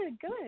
Good